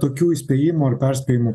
tokių įspėjimų ar perspėjimų